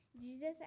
Jesus